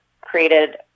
created